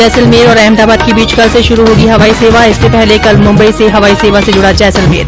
जैसलमेर और अहमदाबाद के बीच कल से शुरू होगी हवाई सेवा इससे पहले कल मुम्बई से हवाई सेवा से जुड़ा जैसलमेर